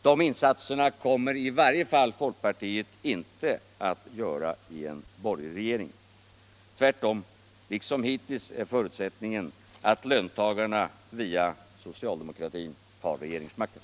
De insatserna kommer i varje fall folkpartiet inte att göra i en borgerlig regering. Tvärtom är förutsättningen liksom hittills att löntagarna via socialdemokratin har regeringsmakten.